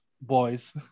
boys